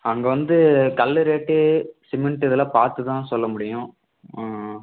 அங்கே வந்து கல்லு ரேட்டு சிமெண்ட்டு இதெல்லாம் பார்த்துதான் சொல்ல முடியும் ஆ ஆ